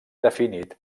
definit